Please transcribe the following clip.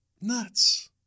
Nuts